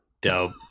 Dope